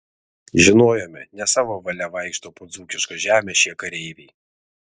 žinojome ne savo valia vaikšto po dzūkišką žemę šie kareiviai